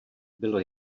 bylo